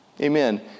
Amen